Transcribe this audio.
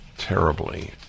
terribly